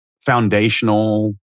foundational